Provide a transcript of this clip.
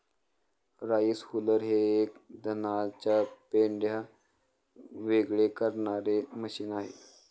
rice huller हे एक धानाचे पेंढा वेगळे करणारे मशीन आहे